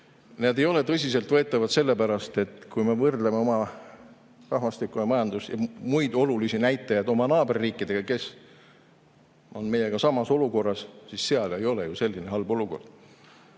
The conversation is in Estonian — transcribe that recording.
need ei ole tõsiselt võetavad, sellepärast et kui me võrdleme oma rahvastikku ja majandust ja muid olulisi näitajaid oma naaberriikidega, kes on meiega samas olukorras, siis seal ei ole ju nii halb olukord.